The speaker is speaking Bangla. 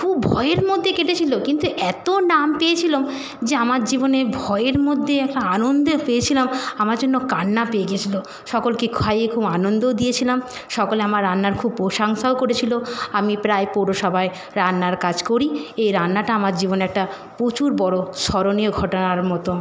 খুব ভয়ের মধ্যে কেটেছিলো কিন্তু এতো নাম পেয়েছিলাম যে আমার জীবনে ভয়ের মধ্যে একটা আনন্দ পেয়েছিলাম আমার যেন কান্না পেয়ে গেছিলো সকলকে খাইয়ে খুব আনন্দও দিয়েছিলাম সকলে আমার রান্নার খুব প্রশাংসাও করেছিলো আমি প্রায় পৌরসভায় রান্নার কাজ করি এই রান্নাটা আমার জীবনে একটা প্রচুর বড়ো স্মরণীয় ঘটনার মতো